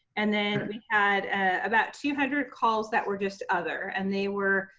and then we had about two hundred calls that were just other and they were,